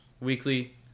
weekly